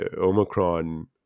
Omicron